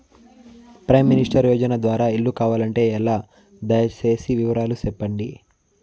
Prime minister యోజన ద్వారా ఇల్లు కావాలంటే ఎలా? దయ సేసి వివరాలు సెప్పండి?